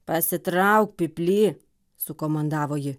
pasitrauk pyply sukomandavo ji